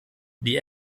die